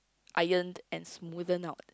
ironed and smoothened out